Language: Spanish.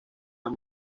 las